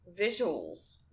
visuals